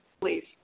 please